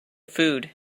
food